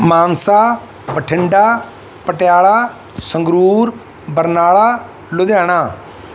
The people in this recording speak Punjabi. ਮਾਨਸਾ ਬਠਿੰਡਾ ਪਟਿਆਲਾ ਸੰਗਰੂਰ ਬਰਨਾਲਾ ਲੁਧਿਆਣਾ